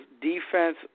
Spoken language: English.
defense